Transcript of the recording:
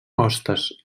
hostes